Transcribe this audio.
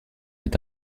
est